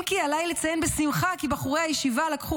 אם כי עליי לציין בשמחה כי בחורי הישיבה לקחו